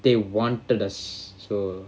they wanted us so